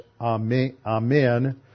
amen